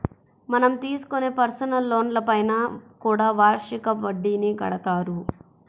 మనం తీసుకునే పర్సనల్ లోన్లపైన కూడా వార్షిక వడ్డీని కడతారు